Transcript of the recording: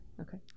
Okay